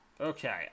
okay